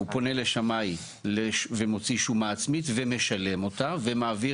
הוא פונה לשמאי ומוציא שומה עצמית ומשלם אותה ומעביר